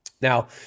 Now